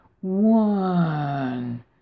One